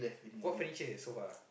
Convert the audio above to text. what furniture so far